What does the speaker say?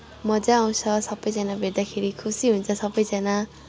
मजा आउँछ सबैजना भेट्दाखेरि खुसी हुन्छ सबैजना